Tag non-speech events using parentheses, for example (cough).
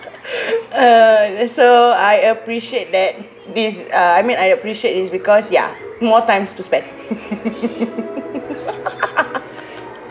(breath) uh so I appreciate that this uh I mean I appreciate is because ya more times to spend (laughs)